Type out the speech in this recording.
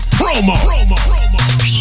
promo